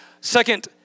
Second